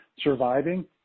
surviving